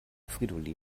fridolin